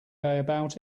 about